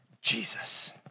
Jesus